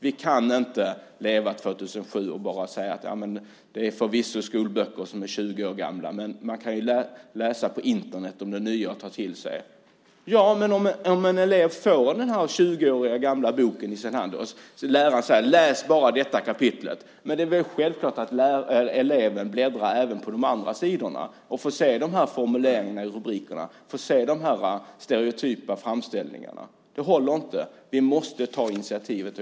Vi kan inte leva år 2007 och bara säga: Det är förvisso skolböcker som är 20 år gamla, men man kan ju läsa på Internet om det nya och ta till sig. Om en elev får den 20 år gamla boken i sin hand, och läraren säger: Läs bara detta kapitel, är det väl självklart att eleven även bläddrar igenom de andra sidorna och får se formuleringarna i rubrikerna och de stereotypa framställningarna. Det håller inte. Vi måste ta initiativet.